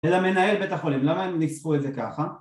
אלא מנהל בית החולים, למה הם ניסחו את זה ככה?